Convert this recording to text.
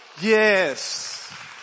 Yes